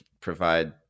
provide